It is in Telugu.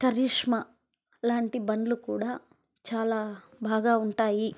కరిష్మా వంటి బండ్లు కూడా బాగా ఉంటాయి